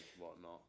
whatnot